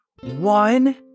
One